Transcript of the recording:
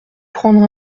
prendre